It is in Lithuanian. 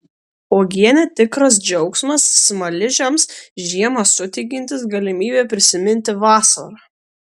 uogienė tikras džiaugsmas smaližiams žiemą suteikiantis galimybę prisiminti vasarą